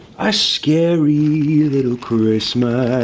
a scary little christmas.